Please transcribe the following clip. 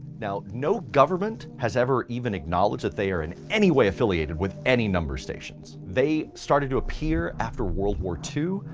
now, no government has ever even acknowledged that they are in any way affiliated with any number stations. they started to appear after world war ii,